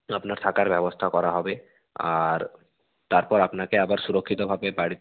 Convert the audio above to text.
আপনার থাকার ব্যবস্থা করা হবে আর তারপর আপনাকে আবার সুরক্ষিতভাবে বাড়ি